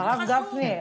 הרב גפני,